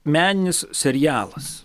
meninis serialas